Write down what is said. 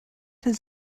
his